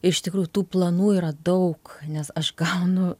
iš tikrųjų tų planų yra daug nes aš gaunu